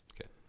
Okay